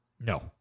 No